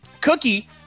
Cookie